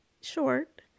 short